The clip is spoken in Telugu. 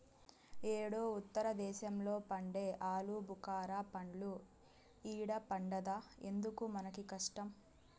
యేడో ఉత్తర దేశంలో పండే ఆలుబుకారా పండ్లు ఈడ పండద్దా ఎందుకు మనకీ కష్టం